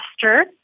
faster